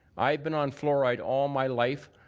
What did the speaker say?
i've been on fluoride all my life.